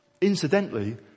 Incidentally